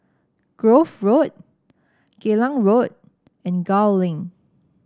Grove Road Geylang Road and Gul Link